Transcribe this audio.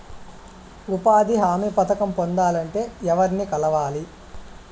ఉపాధి హామీ పథకం పొందాలంటే ఎవర్ని కలవాలి?